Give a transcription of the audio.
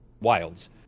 Wilds